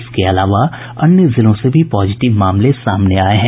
इसके अलावा अन्य जिलों से भी पॉजिटिव मामले सामने आये हैं